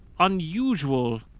Unusual